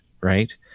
right